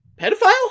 pedophile